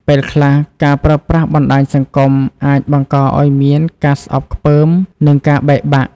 ពេលខ្លះ ការប្រើប្រាស់បណ្ដាញសង្គមអាចបង្កឱ្យមានការស្អប់ខ្ពើមនិងការបែកបាក់។